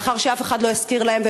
מאחר שאף אחד לא השכיר להם,